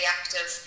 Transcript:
active